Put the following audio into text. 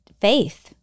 faith